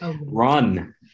Run